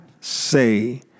say